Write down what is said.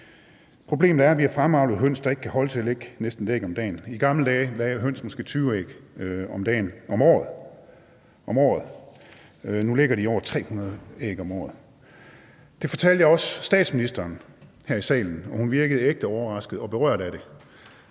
Problemet er, at vi har fremavlet høns, der ikke kan holde til at lægge næsten et æg om dagen. I gamle dage lagde høns måske 20 æg om året; nu lægger de over 300 æg om året. Det fortalte jeg også statsministeren her i salen, og hun virkede ægte overrasket og berørt af det,